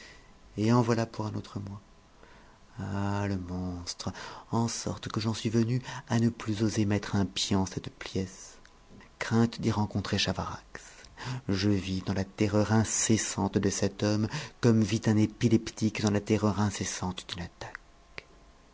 et en voilà pour un autre mois ah le monstre en sorte que j'en suis venu à ne plus oser mettre un pied en cette pièce crainte d'y rencontrer chavarax je vis dans la terreur incessante de cet homme comme vit un épileptique dans la terreur incessante d'une attaque